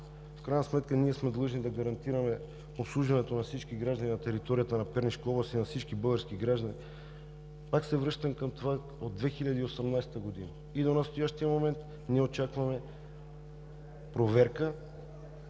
в крайна сметка ние сме длъжни да гарантираме обслужването на всички граждани на територията на Пернишка област и на всички български граждани. Пак се връщам към това – от 2018 г. и до настоящия момент ние очакваме проверка.